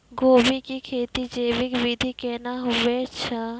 गोभी की खेती जैविक विधि केना हुए छ?